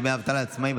דמי אבטלה לעצמאים),